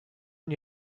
and